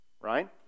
Right